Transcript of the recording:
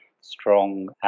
strong